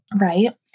right